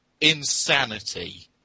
insanity